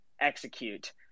execute